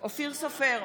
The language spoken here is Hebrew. אופיר סופר,